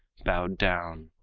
bowed down.